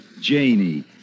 Janie